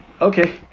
Okay